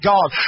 God